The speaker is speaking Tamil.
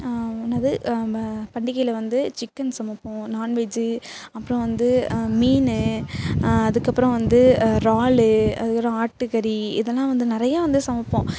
உணவு பண்டிகையில் வந்து சிக்கன் சமைப்போம் நான்வெஜு அப்புறம் வந்து மீன் அதுக்கப்பறம் வந்து இறாலு அதுக்கப்புறம் ஆட்டுக்கறி இதெல்லாம் வந்து நிறையா வந்து சமைப்போம்